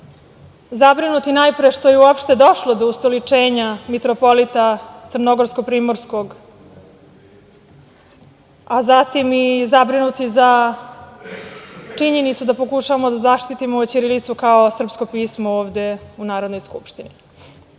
zabrinuti, najpre, što je uopšte došlo do ustoličenja mitropolita crnogorsko-primorskog, a zatim i zabrinuti za činjenicu da pokušavamo da zaštitimo ćirilicu kao srpsko pismo ovde u Narodnoj